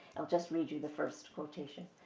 i'll just redo the first quotation.